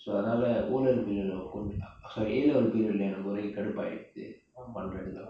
so அதுனால்:athunaal O level கொன்ஜொ:konjo A level period கொன்ஜொ கடுப்பா ஆயிட்டு அவன் பன்ர விதமெல்லா:konjo kadupaa aayittu avan pandra vithamellaa